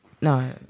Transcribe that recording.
No